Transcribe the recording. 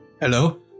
Hello